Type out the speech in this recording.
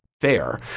Fair